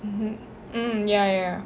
mmhmm mm ya ya